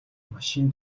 машин